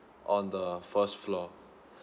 on the first floor